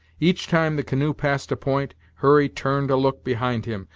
each time the canoe passed a point, hurry turned a look behind him,